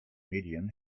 medien